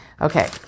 Okay